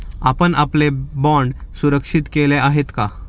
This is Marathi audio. आपण आपले बाँड सुरक्षित केले आहेत का?